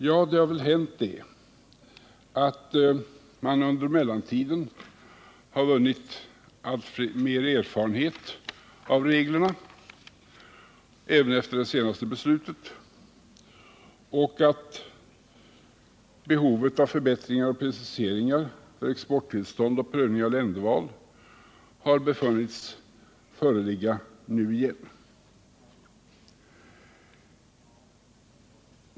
Jo, det som hänt är att man under mellantiden har vunnit alltmer erfarenhet av reglerna och att behovet av förbättringar och preciseringar för exporttillstånd och prövning av länderval åter har befunnits föreligga.